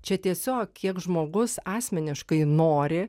čia tiesiog kiek žmogus asmeniškai nori